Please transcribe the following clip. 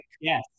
yes